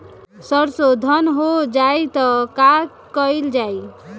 सरसो धन हो जाई त का कयील जाई?